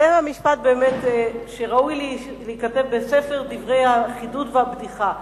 זהו משפט שבאמת ראוי להיכתב בספר דברי החידוד והבדיחה: